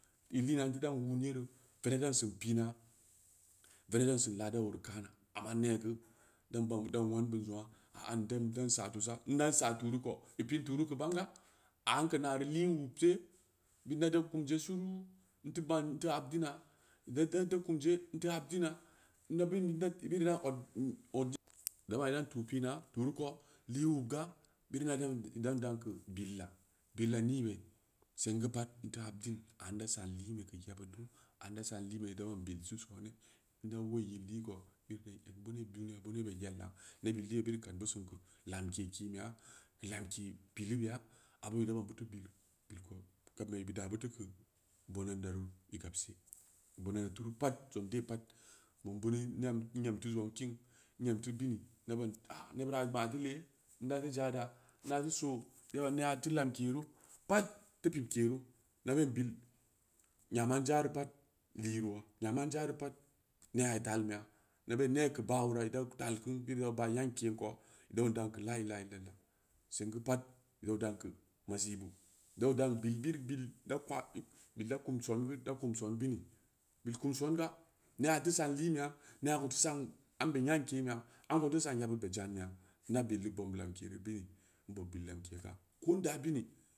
In liina n dan wun yere, vene b dan sin pi’na, veneb dan sin lada ooreu kaama, amma neegeu dan ban dan nullun bin zangn, pa’ an dan saa tusa, i pi’n tureu keu bang ga, aa n keu nar elii n wubsee, bid nabe kumje siruu, nteu ban, nteu haɓdina, gbeu teung-teung kumje, nteu habdina, ina bin neu pad bid iran od, gam iran tu, pina, tureu ko lii n mubga, bid iran daan keu billa, billa nii ba? Sang geu pad nda habdin aa da saan liinbe keu yebbid du, aa n da saam liin be nban bil teu sooni, ndai wui yil dill ko, i kpeu egbuni duniya bineu be yella, nebbid lii birea kam bu singu lamke kinbeya, lamke bila ɓeya, abu naban butu bil bil ko, gabmbe bi da biteu keu bononda reu i gaɓ se, bone turu pad zong da pad, zang beunu n amteu yookin, n em teu bini, naban a’ nebbira a gba’ geule, nda geu jada nda geu soo neu ban nengana teu lamke ru, pad teu pid keni, na be bil nyama n zareu pad, liroa, nyama n zareu pad neat al beya, neu ben nee keu ba’ ppr aida taal keu bid idau ba nyan ke’n ko, beu rau dan keu la illa, sang geu pad beurau dan keu masibu, beaurau dan keu bid bil da kpa’ ɓil la kuni soon geu da kum soon ɓini, bilk um soon ga, nea deeu saan liin beya nea ko deu saan ambe nya’n ke’nbbeya, amko n da saan yeɓɓid bee janbeya, nab il le bobm lamke reu beuni? N bob bil lamke ga, ko n daa ɓini.